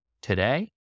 today